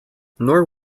nor